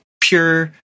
pure